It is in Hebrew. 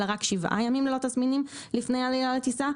אלא רק שבעה ימים ללא תסמינים לפני עלייה לטיסה,